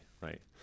right